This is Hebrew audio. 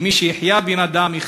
ומי שהחיה בן-אדם,